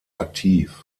aktiv